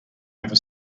over